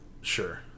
Sure